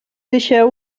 deixeu